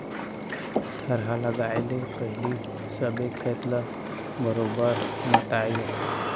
थरहा लगाए ले पहिली सबे खेत ल बरोबर मताए जाथे